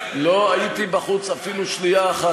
לא הייתי בחוץ אפילו שנייה אחת.